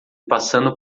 passando